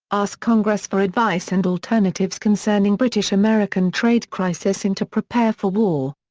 asked congress for advice and alternatives concerning british-american trade crisis and to prepare for war.